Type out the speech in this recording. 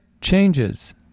changes